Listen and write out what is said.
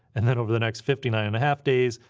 and then over the next fifty nine and a half days,